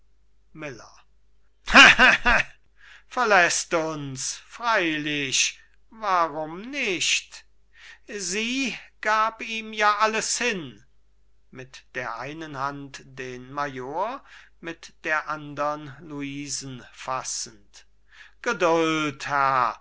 miller lacht wüthend verläßt uns freilich warum nicht sie gab ihm ja alles hin mit der einen hand den major mit der andern luisen fassend geduld